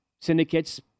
syndicates